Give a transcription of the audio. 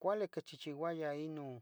cuali quichichiualo ino.